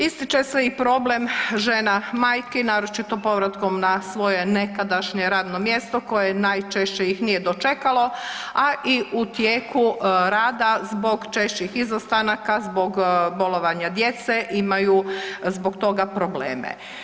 Ističe se i problem žena majki, naročito povratkom na svoje nekadašnje radno mjesto koje najčešće ih nije dočekalo, a i u tijeku rada zbog češćih izostanaka zbog bolovanja djece imaju zbog toga probleme.